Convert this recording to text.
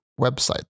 website